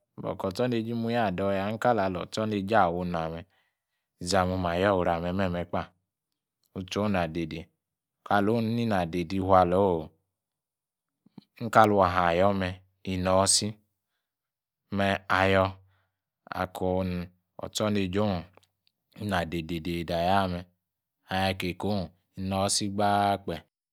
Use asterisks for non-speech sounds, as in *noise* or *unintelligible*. Kor otsor neijei mwyi adoya nkala otsor neijei awor iname izame omayia meme kpa utsiown ina dede' Kalwon inina dede' ifwalor inkaliwa yourme inoisi me' ayor akor ostronajieown inna dedede' ayame' *unintelligible* inoisi gbaa'